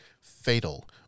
Fatal